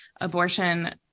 abortion